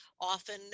often